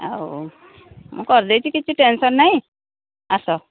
ଆଉ ମୁଁ କରିଦେଇଛି କିଛି ଟେନସନ୍ ନାହିଁ ଆସ